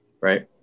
right